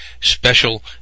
special